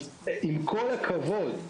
עם כל הכבוד,